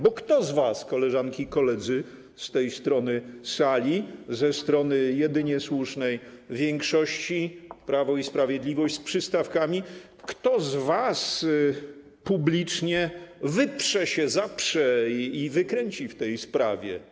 Bo kto z was, koleżanki i koledzy z tej strony sali, ze strony jedynie słusznej większości, Prawo i Sprawiedliwość z przystawkami, publicznie wyprze się, zaprze i wykręci w tej sprawie?